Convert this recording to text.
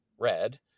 red